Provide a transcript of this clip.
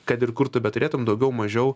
kad ir kur tu beturėtum daugiau mažiau